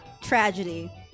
tragedy